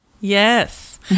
Yes